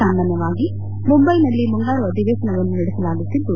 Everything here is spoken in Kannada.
ಸಾಮಾನ್ವವಾಗಿ ಮುಂಬೈನಲ್ಲಿ ಮುಂಗಾರು ಅಧಿವೇಶನವನ್ನು ನಡೆಸಲಾಗುತ್ತಿದ್ದು